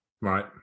Right